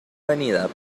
avenida